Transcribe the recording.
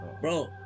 Bro